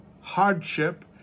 hardship